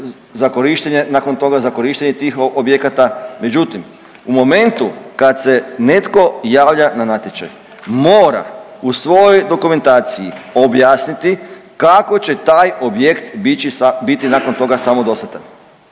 za korištenje tih objekata, međutim u momentu kad se netko javlja na natječaj mora u svojoj dokumentaciji objasniti kako će taj objekt biti nakon toga samodostatan.